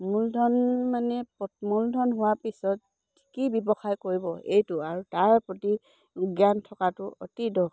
মূলধন মানে মূলধন হোৱাৰ পিছত কি ব্যৱসায় কৰিব এইটো আৰু তাৰ প্ৰতি জ্ঞান থকাটো অতি দৰকাৰ